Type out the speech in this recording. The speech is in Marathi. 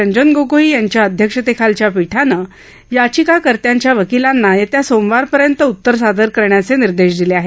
रंजन गोगोई यांच्या अध्यक्षतेखालच्या पीठानं याचिकाकर्त्यांच्या वकिलांना येत्या सोमवारपर्यंत उत्तर सादर करण्याचे निर्देश दिले आहेत